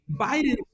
Biden